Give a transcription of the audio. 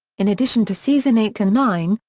in addition to season eight and nine,